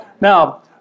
Now